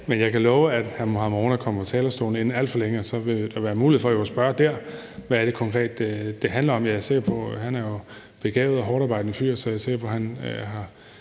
men jeg kan love, at hr. Mohammad Rona kommer på talerstolen inden alt for længe, og at så vil der dér være mulighed for at spørge, hvad det konkret er, det handler om. Han er jo en begavet og hårdtarbejdende fyr, så jeg er sikker på, at han kan